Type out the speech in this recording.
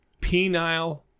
penile